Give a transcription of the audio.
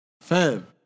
fam